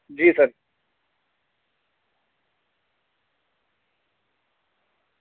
जी sir